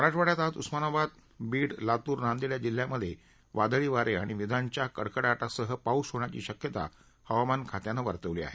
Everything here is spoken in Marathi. मराठवाड्यात आज उस्मानाबाद बीड लातूर नांदेड या जिल्ह्यांमध्ये वादळी वारे आणि विजांच्या कडकडाटासह पाऊस होण्याची शक्यता हवामान खात्यानं वर्तवली आहे